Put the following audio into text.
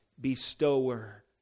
bestower